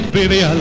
Baby